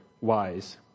wise